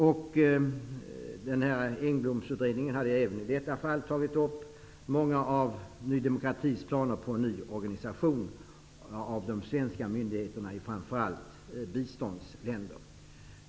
Även i detta fall hade Engblomsutredningen tagit upp många av Ny demokratis planer på en ny organisation av de svenska myndigheterna i framför allt biståndsländer.